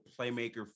playmaker